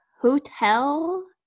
hotel